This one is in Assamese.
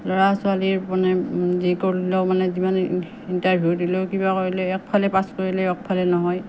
ল'ৰা ছোৱালীৰ মানে যি কৰিলেও মানে যিমান ইণ্টাৰভিউ দিলেও কিবা কৰিলেও এক ফালে পাছ কৰিলেও মানে এক ফালে নহয়